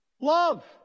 Love